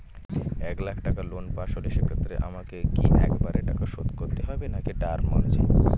এক লাখ টাকা লোন পাশ হল সেক্ষেত্রে আমাকে কি একবারে টাকা শোধ করতে হবে নাকি টার্ম অনুযায়ী?